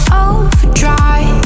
overdrive